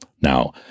Now